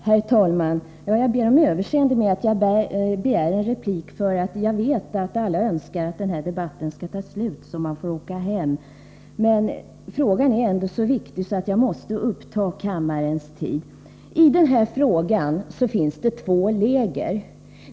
Herr talman! Jag ber om överseende för att jag begär en replik. Jag vet att alla önskar att den här debatten skall ta slut, så att man får åka hem. Men frågan är så viktig att jag måste uppta kammarens tid. I den här frågan finns det två läger.